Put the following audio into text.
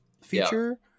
feature